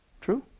True